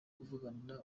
kuvuganira